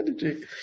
energy